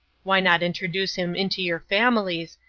why not introduce him into your families,